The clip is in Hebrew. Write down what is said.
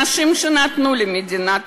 אלה אנשים שנתנו למדינה,